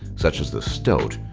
such as the stoat,